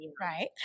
Right